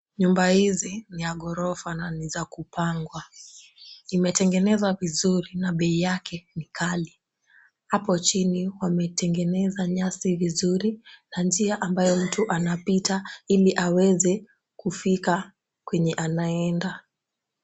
Nyumba hizi ni ya gorofa na ni za kupangwa. Imetengenezwa vizuri na bei yake ni ghali. Hapo chini, wametengeneza nyasi vizuri na njia ambayo mtu anapita ili aweze kufika kwenye anaenda.